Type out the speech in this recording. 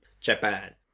japan